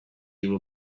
you